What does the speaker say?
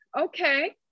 okay